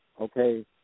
Okay